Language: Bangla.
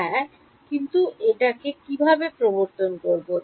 হ্যাঁ কিন্তু এটাকে কি ভাবে প্রবর্তন করব